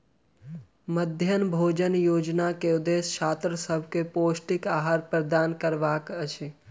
मध्याह्न भोजन योजना के उदेश्य छात्र सभ के पौष्टिक आहार प्रदान करबाक अछि